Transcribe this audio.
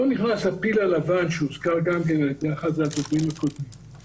פה נכנס הפיל הלבן שהוזכר גם כן על ידי אחד מהדוברים הקודמים,